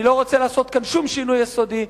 אני לא רוצה לעשות כאן שום שינוי יסודי,